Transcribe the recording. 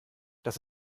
das